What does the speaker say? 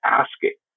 asking